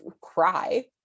cry